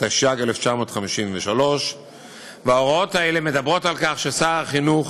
התשי"ג 1953. ההוראות האלה מדברות על כך ששר החינוך